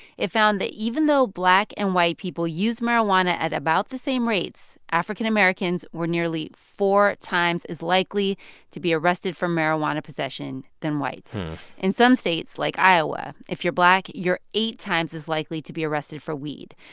it found that even though black and white people use marijuana at about the same rates, african-americans were nearly four times as likely to be arrested for marijuana possession than whites in some states, like iowa, if you're black, you're eight times as likely to be arrested for weed.